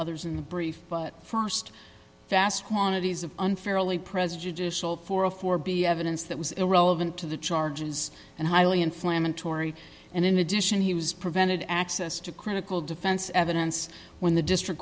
others in the brief but st vast quantities of unfairly president has sold for a for be evidence that was irrelevant to the charges and highly inflammatory and in addition he was prevented access to critical defense evidence when the district